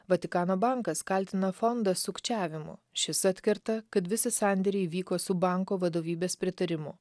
vatikano bankas kaltina fondą sukčiavimu šis atkerta kad visi sandėriai vyko su banko vadovybės pritarimu